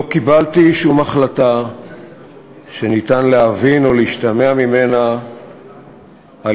לא קיבלתי שום החלטה שניתן להבין או להשתמע ממנה על